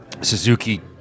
Suzuki